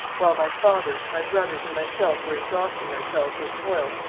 while my father, my brothers, and myself were exhausting ourselves with toil,